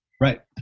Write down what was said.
Right